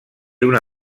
una